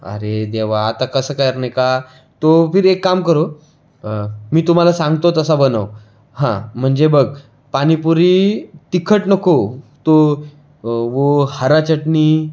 अरे देवा आता कसं करने का तो फिर एक काम करो मी तुम्हाला सांगतो तसं बनव हा म्हणजे बघ पानीपुरी तिखट नको तो वो हरा चटनी